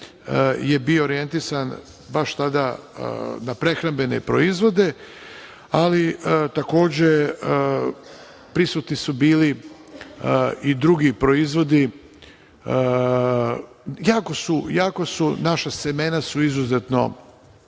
je bio orijentisan baš tada na prehrambene proizvode, ali takođe prisutni su bili i drugi proizvodi. Naša semena koja su izuzetno